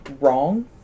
wrong